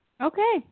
Okay